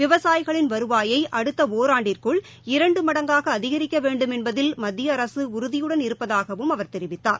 விவசாயிகளின் வருவாயை அடுத்த இராண்டிற்குள் இரண்டு மடங்காக அதிகரிக்க வேண்டும் என்பதில் மத்திய அரசு உறுதியுடன் இருப்பதாகவும் அவர் தெரிவித்தார்